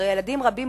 שהרי ילדים רבים,